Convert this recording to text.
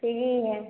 free है